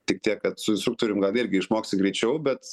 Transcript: tik tiek kad su instruktorium gal irgi išmoksi greičiau bet